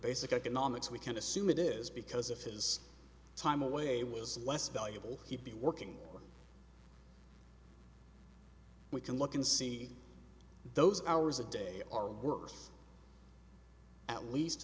basic economics we can assume it is because of his time away was less valuable he'd be working we can look and see those hours a day are works at least